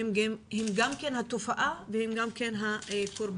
הן גם כן התופעה והן גם כן הקורבן,